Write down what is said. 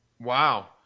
Wow